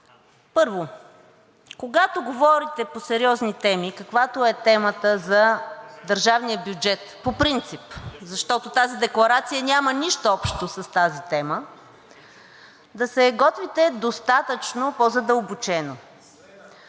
първо, когато говорите по сериозни теми, каквато е темата за държавния бюджет по принцип, защото тази декларация няма нищо общо с тази тема, да се готвите достатъчно по-задълбочено.